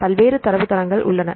பல்வேறு தரவுத்தளங்கள் உள்ளன